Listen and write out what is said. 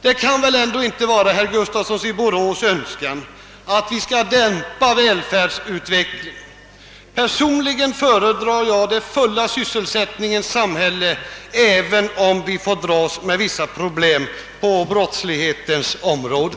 Det kan väl ändå inte vara herr Gustafssons i Borås önskan, att vi skall dämpa välståndsutvecklingen. Personligen föredrar jag den fulla sysselsättningens samhälle, även om vi får dras med vissa problem på brottslighetens område.